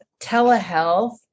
telehealth